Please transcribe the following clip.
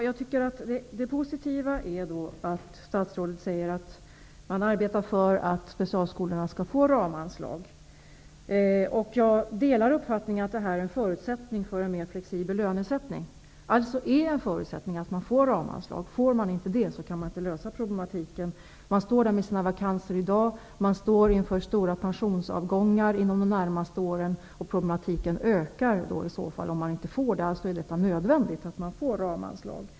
Fru talman! Det positiva är att statsrådet säger att man arbetar för att specialskolorna skall få ramanslag. Jag delar uppfattningen att det är en förutsättning för en mer flexibel lönesättning. Det är alltså en förutsättning att de får ramanslag. Om de inte får det kan de inte lösa problemen. De står med sina vakanser i dag. De står inför stora pensionsavgångar inom de närmaste åren. Problemet ökar om de inte får ramanslag. Det är alltså nödvändigt att de får det.